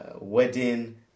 wedding